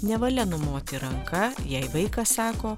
nevalia numoti ranka jei vaikas sako